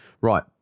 Right